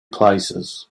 places